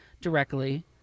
directly